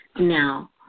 Now